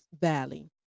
Valley